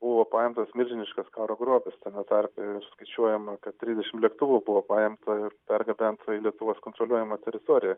buvo paimtas milžiniškas karo grobis tame tarpe skaičiuojama kad trisdešim lėktuvų buvo paimta ir pergabenta į lietuvos kontroliuojamą teritoriją